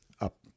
up